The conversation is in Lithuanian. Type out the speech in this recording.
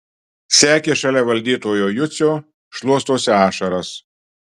sekė šalia valdytojo jucio šluostosi ašaras